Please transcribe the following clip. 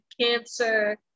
cancer